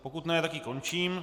Pokud ne, tak ji končím.